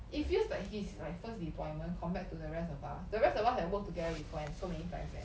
it feels that he's like first deployment compared to the rest of us the rest of us like work together before and so many times leh